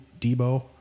Debo